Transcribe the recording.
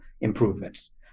improvements